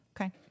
okay